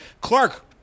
Clark